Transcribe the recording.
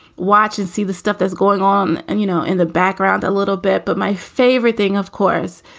watch and see the stuff that's going on. and, you know, in the background a little bit. but my favorite thing, of course,